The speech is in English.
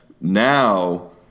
now